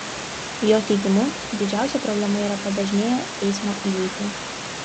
jo teigimu didžiausia problema yra padažnėję eismo įvykiai